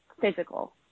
physical